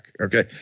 okay